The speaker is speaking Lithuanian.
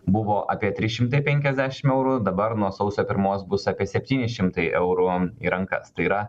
buvo apie trys šimtai penkiasdešim eurų dabar nuo sausio pirmos bus apie septyni šimtai eurų į rankas tai yra